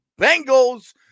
Bengals